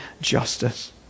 justice